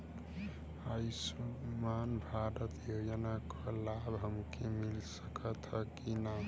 आयुष्मान भारत योजना क लाभ हमके मिल सकत ह कि ना?